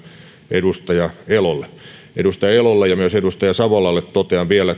edustaja elolle edustaja elolle ja myös edustaja savolalle totean vielä